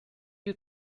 wir